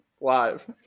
Live